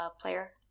player